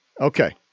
Okay